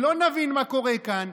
שלא נבין מה קורה כאן.